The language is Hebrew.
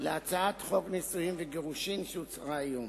להצעת חוק נישואין וגירושין שהוצעה היום.